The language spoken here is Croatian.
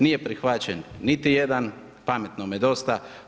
Nije prihvaćen niti jedan, pametnome dosta.